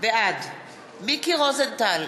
בעד מיקי רוזנטל,